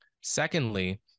Secondly